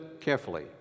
carefully